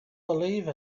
believe